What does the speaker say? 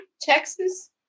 Texas